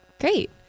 Great